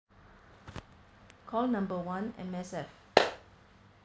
call number one M_S_F